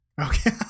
Okay